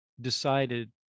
decided